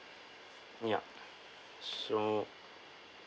yup so